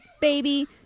Baby